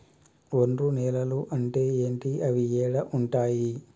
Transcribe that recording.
ఒండ్రు నేలలు అంటే ఏంటి? అవి ఏడ ఉంటాయి?